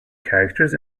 characters